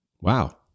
Wow